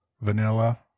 Vanilla